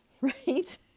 Right